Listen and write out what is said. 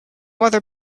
other